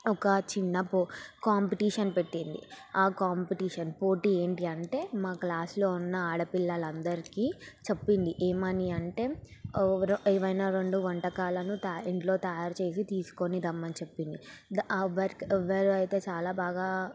ఒక చిన్న పో కాంపిటీషన్ పెట్టింది ఆ కాంపిటీషన్ పోటీ ఏంటి అంటే మా క్లాసులో ఉన్న ఆడపిల్లల అందరికీ చెప్పింది ఏమని అంటే ఏమైనా రెండు వంటకాలను తయారు ఇంట్లో తయారు చేసి తీసుకొని రమ్మని చెప్పింది ఆ వర్క్ ఎవరు అయితే చాలా బాగా